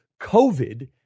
covid